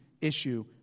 issue